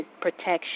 protection